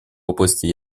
области